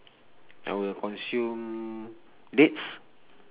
I will consume dates